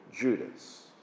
Judas